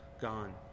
gone